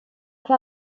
che